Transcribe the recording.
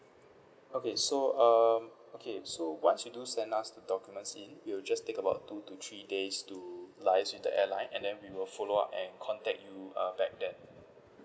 okay so um okay so once you do send us the documents in it will just take about two to three days to liaise with the airline and then we will follow up and contact you um back then